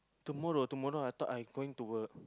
tomorrow tomorrow I thought I going to work